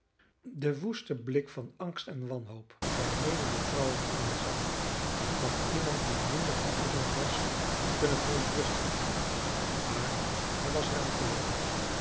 de woeste blik van angst en wanhoop waarmede de vrouw hem aanzag had iemand die minder geoefend was kunnen verontrusten maar hij was er aan gewoon